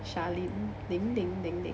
charlene 零零零零